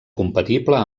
compatible